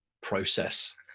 process